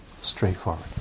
straightforward